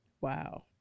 Wow